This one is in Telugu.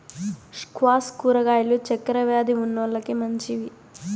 స్క్వాష్ కూరగాయలు చక్కర వ్యాది ఉన్నోలకి మంచివి